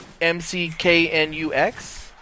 M-C-K-N-U-X